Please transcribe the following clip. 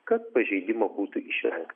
kad pažeidimo būtų išvengta